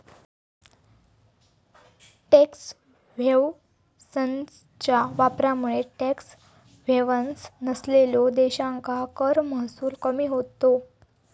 tax हेव्हन्सच्या वापरामुळे tax havens नसलेल्यो देशांका कर महसूल कमी होता